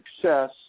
success